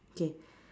okay